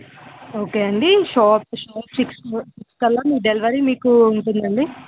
okay అండి sharp sharp six కల్లా మీ డెలివరీ మీకు ఉంటుంది అండి